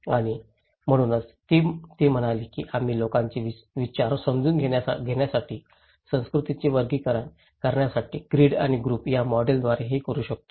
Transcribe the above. आणि म्हणूनच ती म्हणाली की आम्ही लोकांचे विचार समजून घेण्यासाठी संस्कृतीचे वर्गीकरण करण्यासाठी ग्रीड आणि ग्रुप या मॉडेलद्वारे हे करू शकतो